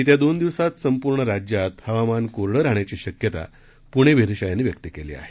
येत्या दोन दिवसात संपूर्ण राज्यात हवामान कोरडं राहण्याची शक्यता पुणे वेधशाळेनं व्यक्त केली आहे